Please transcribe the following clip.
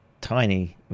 tiny